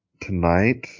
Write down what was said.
tonight